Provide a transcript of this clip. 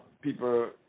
people